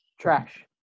Trash